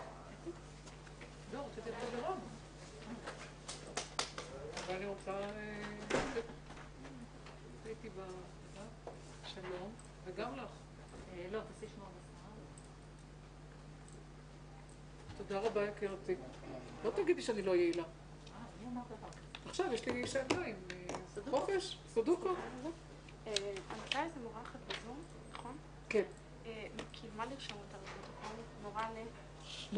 10:54.